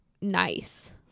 nice